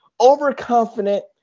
overconfident